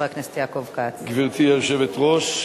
גברתי היושבת-ראש,